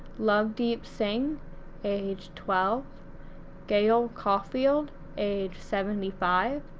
lovedeep singh age twelve gail caulfield age seventy five,